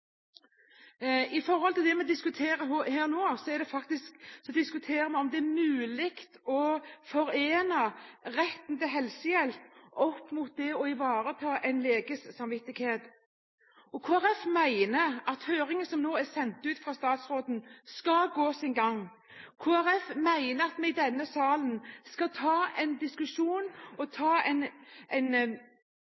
Det vi diskuterer her nå, er om det er mulig å forene retten til helsehjelp opp mot det å ivareta en leges samvittighet. Kristelig Folkeparti mener at høringsbrevet som nå er sendt ut fra statsråden, skal gå sin gang. Kristelig Folkeparti mener at vi i denne salen skal ta en diskusjon og